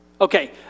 Okay